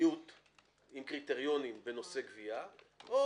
מדיניות עם קריטריונים בנושא גבייה או